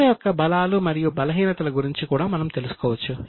సంస్థ యొక్క బలాలు మరియు బలహీనతల గురించి కూడా మనం తెలుసుకోవచ్చు